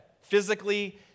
Physically